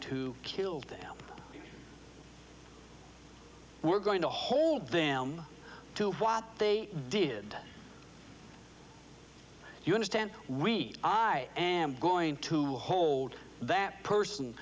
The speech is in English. to kill them we're going to hold them to what they did you understand we i am going to hold that person